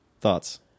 Thoughts